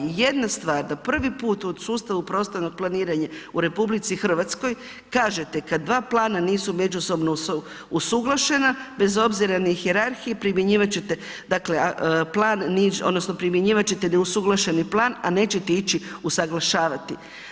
Jedna stvar, da prvi put u sustavu prostornog planiranja u RH kažete kad dva plana nisu međusobno usuglašena bez obzira na hijerarhiji primjenjivat ćete dakle plan, odnosno primjenjivat ćete neusuglašeni plan, a nećete ići usuglašavati.